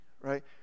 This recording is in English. right